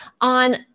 On